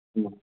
ꯎꯝ